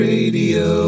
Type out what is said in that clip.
Radio